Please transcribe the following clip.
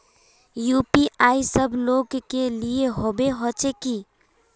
UPI सब लोग के लिए होबे होचे की?